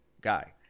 guy